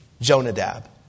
Jonadab